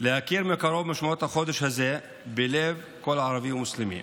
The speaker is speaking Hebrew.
להכיר מקרוב את משמעות החודש הזה בלב כל ערבי מוסלמי.